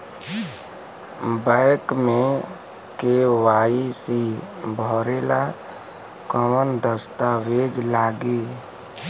Bank मे KYC भरेला कवन दस्ता वेज लागी?